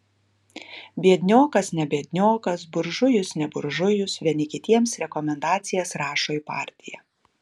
biedniokas ne biedniokas buržujus ne buržujus vieni kitiems rekomendacijas rašo į partiją